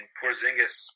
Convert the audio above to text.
Porzingis